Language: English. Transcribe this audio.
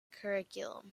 curriculum